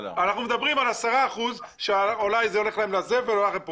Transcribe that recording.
אנחנו מדברים על 10 אחוזים שאולי זה הולך לדואר זבל.